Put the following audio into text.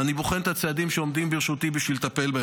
ואני בוחן את הצעדים שעומדים לרשותי בשביל לטפל בו.